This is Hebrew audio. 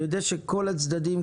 אני יודע שכל הצדדים,